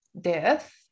death